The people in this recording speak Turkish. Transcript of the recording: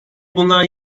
bunlar